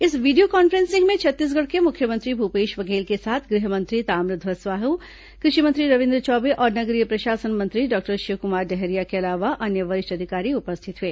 इस video conferencing में छत्तीसगढ़ के मुख्यमंत्री भूपेश बघेल के साथ गृह मंत्री ताम्रध्यज साहू कृषि मंत्री रविन्द्र चौबे और नगरीय प्रशासन मंत्री डॉ शिव कुमार डहरिया के अलावा अन्य वरिष्ठ अधिकारी उपस्थित हुए